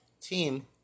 team